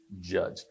judge